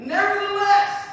Nevertheless